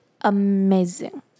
amazing